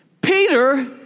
Peter